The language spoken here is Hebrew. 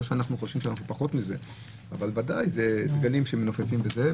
לא שאנחנו חושבים שאנחנו פחות מזה אבל בוודאי אלה דגלים שמנופפים בהם.